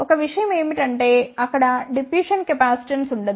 ఒక విషయం ఏమిటంటే అక్కడ డిప్యూషన్ కెపాసిటెన్స్ ఉండదు